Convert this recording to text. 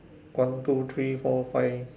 one two three four five